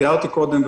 תיארתי קודם,